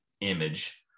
image